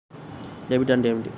Debit అంటే ఏమిటి?